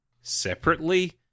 separately